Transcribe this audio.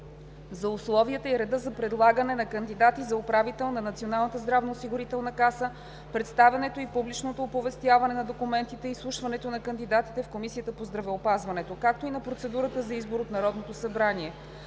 за условията и реда за предлагане на кандидати за управител на Националната здравноосигурителна каса, представянето и публичното оповестяване на документите и изслушването на кандидатите в Комисията по здравеопазването, както и на процедурата за избор от Народното събрание.